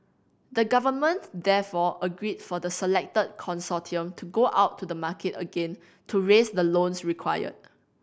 the government therefore agreed for the selected consortium to go out to the market again to raise the loans required